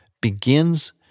begins